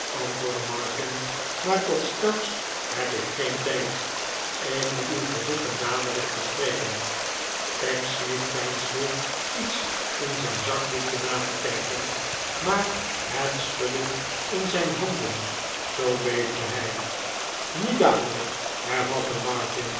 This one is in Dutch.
antwoordde martin maar tot straks heb ik geen tijd ik moet u verzoeken dadelijk te spreken pecksniff veinsde iets in zijn zakboekje na te kijken maar het schudde in zijn handen zoo beefde hij nu dadelijk hervatte